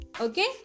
Okay